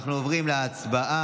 אנחנו עוברים להצבעה.